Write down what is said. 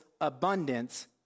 abundance